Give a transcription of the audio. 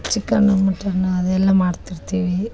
chicken mutton ಅದೆಲ್ಲ ಮಾಡ್ತಿರ್ತೀವಿ